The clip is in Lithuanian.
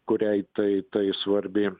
kuriai tai tai svarbi